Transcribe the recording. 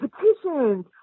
petitions